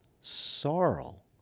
sorrow